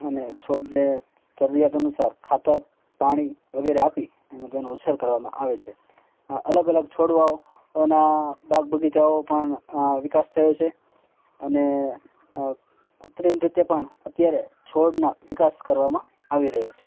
અને છોડને જરૂરિયાત અનુસાર ખાતર પાણી વગેરે આપી અને જેનો ઉછેર કરવામાં આવે છે આ અલગ અલગ છોડવાઓ ઓના બાગ બગીચાઓ પણ અ વિકાસ થયો છે અને અ કૃત્રિમ રીતે પણ અત્યારે છોડના વિકાસ કરવામાં આવી રહ્યા છે